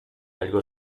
algo